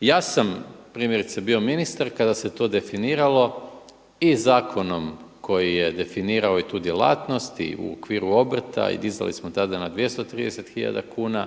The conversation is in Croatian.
Ja sam primjerice bio ministar kada se to definiralo i zakonom koji je definirao i tu djelatnost i u okviru obrta i dizali smo tada na 230 hiljada kuna.